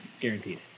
guaranteed